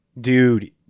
Dude